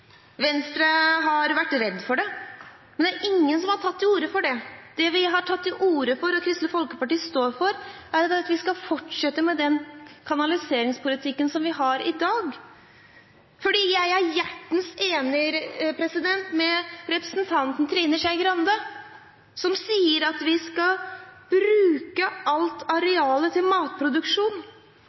Venstre har vært redd for det, men det er ingen som har tatt til orde for det. Det vi har tatt til orde for, og som Kristelig Folkeparti står for, er at vi skal fortsette med den kanaliseringspolitikken som vi har i dag. For jeg er hjertens enig med representanten Trine Skei Grande, som sier at vi skal bruke alt arealet til matproduksjon.